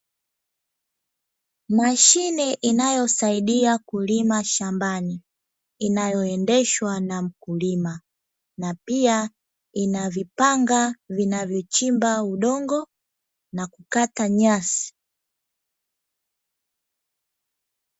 Mashine inayosaidia kulima shambani, inayoendeshwa na mkulima na pia ina vipanga vinavyochimba udongo na kukata nyasi,